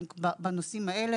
הם בנושאים האלה.